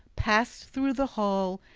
passed through the hall,